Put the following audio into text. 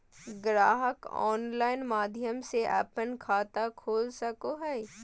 ग्राहक ऑनलाइन माध्यम से अपन खाता खोल सको हइ